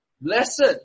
blessed